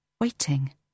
waiting